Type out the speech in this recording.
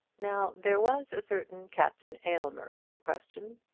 now there was a certain captain aylmer in the question,